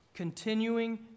continuing